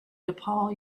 depaul